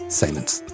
silence